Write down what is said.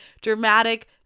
dramatic